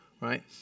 right